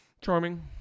Charming